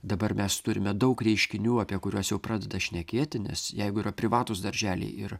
dabar mes turime daug reiškinių apie kuriuos jau pradeda šnekėti nes jeigu yra privatūs darželiai ir